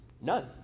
none